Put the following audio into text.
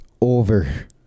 over